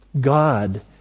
God